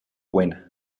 buena